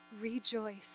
rejoice